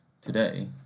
Today